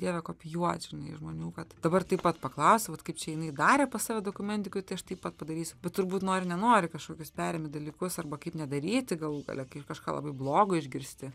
dieve kopijuot žinai žmonių kad dabar taip pat paklausiu vat kaip čia jinai darė pas save dokumentikoj tai aš taip pat padarysiu bet turbūt nori nenori kažkokius perimi dalykus arba kaip nedaryti galų gale kažką labai blogo išgirsti